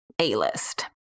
A-list